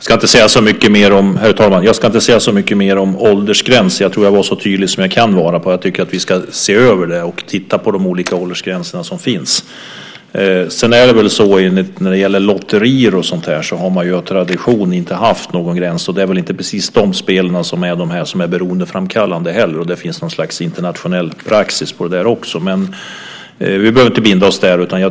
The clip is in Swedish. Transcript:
Herr talman! Jag ska inte säga så mycket mer om åldersgränserna. Jag tror att jag var så tydlig som jag kan vara med att jag tycker att vi ska se över de olika åldersgränserna. Sedan har man av tradition inte haft någon åldersgräns när det gäller lotterier. Det är väl inte heller precis de spelen som är beroendeframkallande, och där finns också något slags internationell praxis. Men vi behöver inte binda oss där.